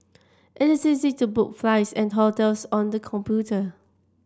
it is easy to book flights and hotels on the computer